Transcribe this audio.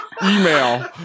email